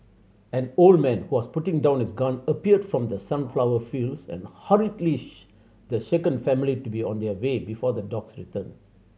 an old man who was putting down his gun appeared from the sunflower fields and hurriedly the shaken family to be on their way before the dogs return